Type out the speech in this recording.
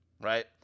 right